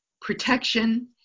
protection